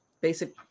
basic